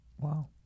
Wow